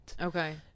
Okay